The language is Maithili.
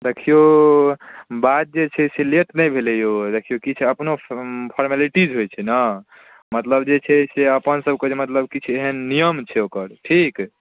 देखिऔ बात जे छै से लेट नहि भेलै यौ देखिऔ किछु अपनो फॉर्मेलिटीज होइ छै ने मतलब जे छै से अपनसबके जे मतलब किछु एहन नियम छै ओकर ठीक